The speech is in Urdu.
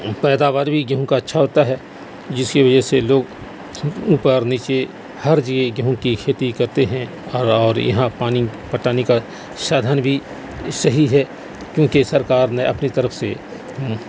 پیداوار بھی گیہوں کا اچھا ہوتا ہے جس کی وجہ سے لوگ اوپر نیچے ہر جگہ گیہوں کی کھیتی کرتے ہیں اور اور یہاں پانی پٹانے کا سادھن بھی صحیح ہے کیوںکہ سرکار نے اپنی طرف سے